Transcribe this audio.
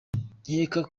nkeka